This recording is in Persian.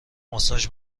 ماساژ